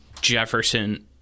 Jefferson